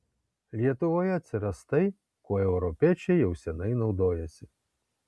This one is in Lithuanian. lietuvoje atsiras tai kuo europiečiai jau seniai naudojasi